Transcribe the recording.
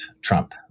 Trump